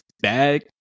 bag